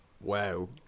wow